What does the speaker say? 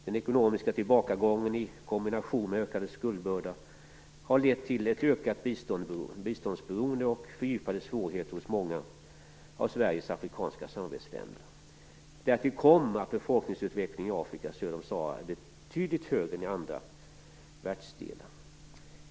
Den ekonomiska tillbakagången har, i kombination med ökande skuldbörda, lett till ett ökat biståndsberoende och till fördjupade svårigheter hos många av Sveriges afrikanska samarbetsländer. Därtill kommer att befolkningsökningen i Afrika söder om Sahara är betydligt högre än i andra världsdelar.